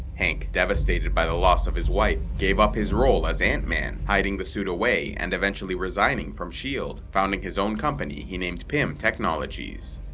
hank, devastated by the loss of his wife, gave up his role as ant-man, hiding the suit away, and eventually resigned from shield, founding his own company you know pym technology.